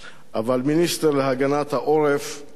אבל מיניסטר להגנת העורף הוא ממנה.